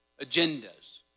agendas